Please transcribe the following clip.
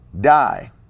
die